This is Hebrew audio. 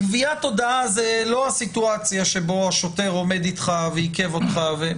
גביית הודעה היא לא הסיטואציה בה השוטר עומד איתך ועיכב אותך.